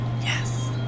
yes